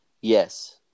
Yes